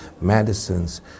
medicines